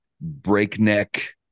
breakneck